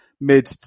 mid